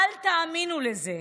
אל תאמינו לזה.